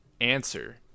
answer